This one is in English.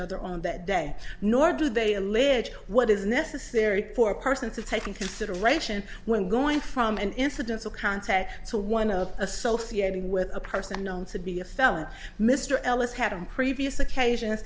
other on that day nor do they allege what is necessary for a person to take in consideration when going from an incidence of contact to one of associating with a person known to be a felon mr ellis had in previous occasions